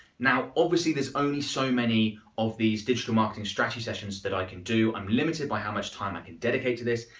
now obviously there's only so many of these digital marketing strategy sessions that i can do, i'm limited by how much time i can dedicate to this,